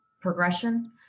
progression